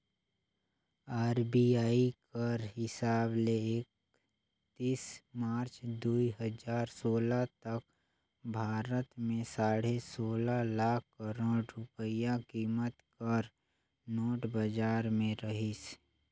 RBI कर हिसाब ले एकतीस मार्च दुई हजार सोला तक भारत में साढ़े सोला लाख करोड़ रूपिया कीमत कर नोट बजार में रहिस